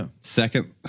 Second